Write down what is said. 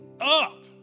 up